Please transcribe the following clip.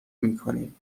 میکنیم